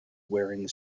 wearing